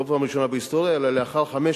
לא פעם ראשונה בהיסטוריה אלא לאחר חמש